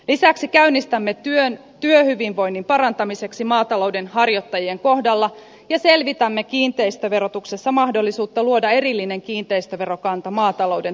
lisäksi käynnistämme työhyvinvoinnin parantamisen maatalouden harjoittajien kohdalla ja selvitämme kiinteistöverotuksessa mahdollisuutta luoda erillinen kiinteistöverokanta maatalouden tuotantorakennuksille